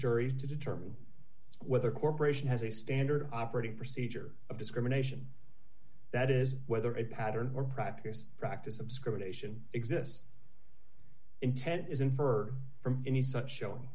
jury to determine whether corporation has a standard operating procedure of discrimination that is whether a pattern or practice practice of discrimination exists in ted is infer from any such showing